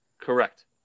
Correct